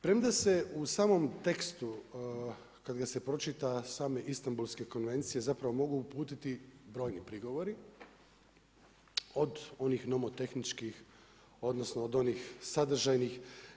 Premda se u samom tekstu kada ga se pročita same Istambulske konvencije zapravo mogu uputiti brojni prigovori od onih nomotehničkih, odnosno od onih sadržajnih.